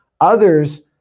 Others